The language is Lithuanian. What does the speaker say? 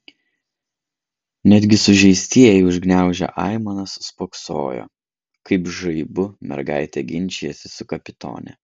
netgi sužeistieji užgniaužę aimanas spoksojo kaip žaibų mergaitė ginčijasi su kapitone